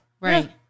Right